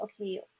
okay